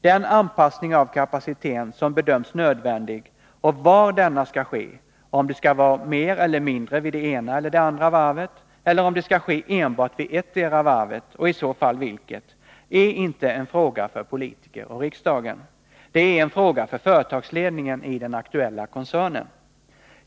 Den anpassning av kapaciteten som bedöms nödvändig och var denna skall ske — om det skall vara mer eller mindre vid det ena eller det andra varvet eller om det skall ske enbart vid ettdera varvet och i så fall vilket — är inte en fråga för politiker och riksdagen. Det är en fråga för företagsledningen i den aktuella koncernen.